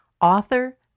author